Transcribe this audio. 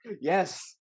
Yes